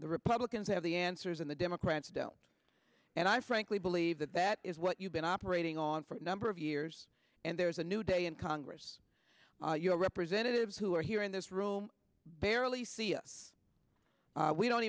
the republicans have the answers and the democrats don't and i frankly believe that that is what you've been operating on for a number of years and there is a new day in congress your representatives who are here in this room barely see us we don't